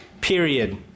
Period